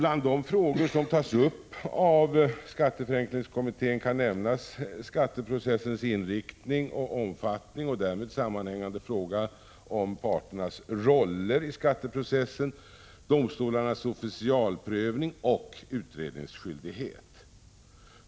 Bland de frågor som tas upp av skatteförenklingskommittén kan nämnas skatteprocessens inriktning och omfattning och den därmed sammanhängande frågan om parternas roller i skatteprocessen liksom frågan om domstolarnas officialprövning och utredningsskyldighet.